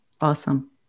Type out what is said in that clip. Awesome